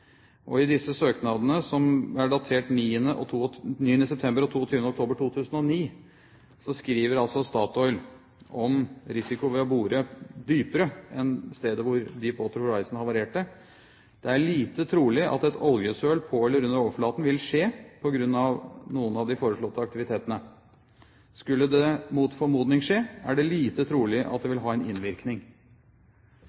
fagmyndighetene. I disse søknadene, som er datert 9. september og 22. oktober 2009, skriver Statoil om risikoen ved å bore dypere enn stedet hvor «Deepwater Horizon» havarerte: «Det er lite trolig at et oljesøl vil skje på grunn av noen av de foreslåtte aktivitetene. Skulle det mot formodning skje er det lite trolig at det